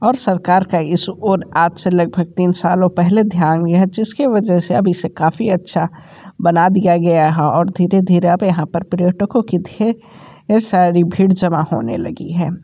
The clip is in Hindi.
और सरकार का इस और आज से लगभग तीन सालों पहले ध्यान में है जिसके वजह से अभी से काफ़ी अच्छा बना दिया गया है और धीरे धीरे यहाँ पर पर्यटकों की ढेर सारी भीड़ जमा होने लगी है